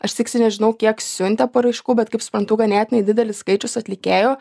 aš tiksliai nežinau kiek siuntė paraiškų bet kaip suprantu ganėtinai didelis skaičius atlikėjų